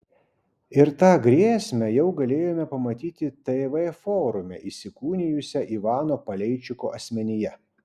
ir tą grėsmę jau galėjome pamatyti tv forume įsikūnijusią ivano paleičiko asmenyje